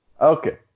Okay